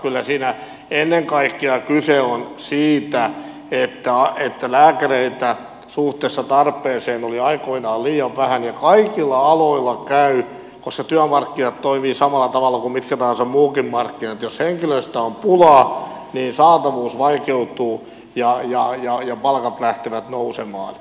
kyllä siinä ennen kaikkea kyse on siitä että lääkäreitä suhteessa tarpeeseen oli aikoinaan liian vähän ja kaikilla aloilla käy niin koska työmarkkinat toimivat samalla tavalla kuin mitkä tahansa muutkin markkinat että jos henkilöstöstä on pulaa niin saatavuus vaikeutuu ja palkat lähtevät nousemaan